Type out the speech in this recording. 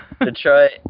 Detroit